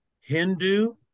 Hindu